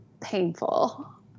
painful